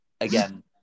again